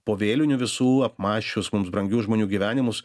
po vėlinių visų apmąsčius mums brangių žmonių gyvenimus